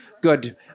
good